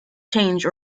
change